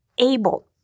able